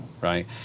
Right